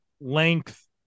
length